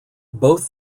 both